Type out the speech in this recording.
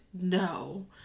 No